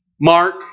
Mark